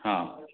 ହଁ